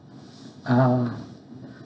ah